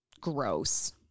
gross